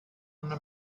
una